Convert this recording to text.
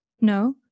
No